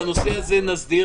את הנושא הזה נסדיר,